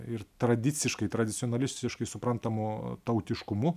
ir tradiciškai tradicionalistiškai suprantamu tautiškumu